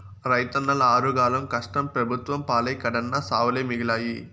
రైతన్నల ఆరుగాలం కష్టం పెబుత్వం పాలై కడన్నా సావులే మిగిలాయి